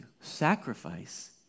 Sacrifice